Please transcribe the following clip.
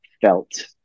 felt